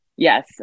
Yes